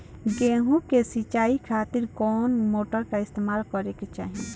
गेहूं के सिंचाई खातिर कौन मोटर का इस्तेमाल करे के चाहीं?